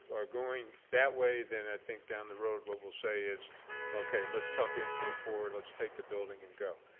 are going that way then i think down the road what we'll say is okay, let's tuck in for the four, let's take the building and go,